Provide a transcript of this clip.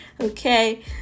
okay